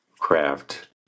craft